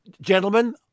gentlemen